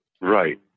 right